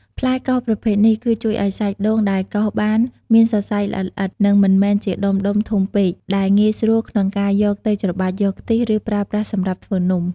ផ្លែកោសប្រភេទនេះក៏ជួយឱ្យសាច់ដូងដែលកោសបានមានសរសៃល្អិតៗ និងមិនមែនជាដុំៗធំពេក ដែលងាយស្រួលក្នុងការយកទៅច្របាច់យកខ្ទិះ ឬប្រើប្រាស់សម្រាប់ធ្វើនំ។